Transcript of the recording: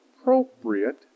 appropriate